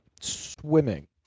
swimming